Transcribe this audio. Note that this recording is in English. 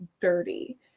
dirty